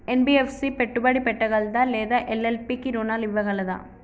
NBFC పెట్టుబడి పెట్టగలదా లేదా ఎల్.ఎల్.పి కి రుణాలు ఇవ్వగలదా?